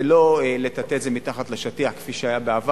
ולא לטאטא את זה מתחת לשטיח כפי שהיה בעבר.